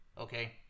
Okay